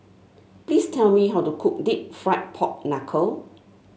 please tell me how to cook deep fried Pork Knuckle